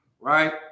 right